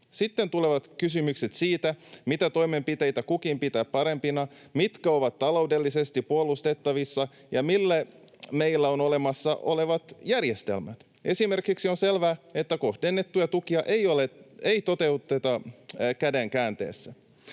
Sitten tulevat kysymykset siitä, mitä toimenpiteitä kukin pitää parhaina, mitkä ovat taloudellisesti puolustettavissa ja mille meillä on olemassa olevat järjestelmät? Esimerkiksi on selvää, että kohdennettuja tukia ei toteuteta käden käänteessä.